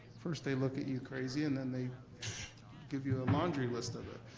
first they look at you crazy, and then they give you a laundry list of it.